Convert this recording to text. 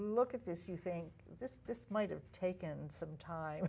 look at this you think this might have taken some time